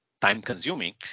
time-consuming